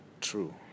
true